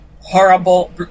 horrible